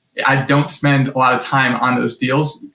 i don't spend a lot of time on those deals,